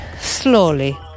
slowly